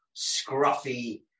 scruffy